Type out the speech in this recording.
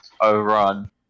overrun